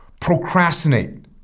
procrastinate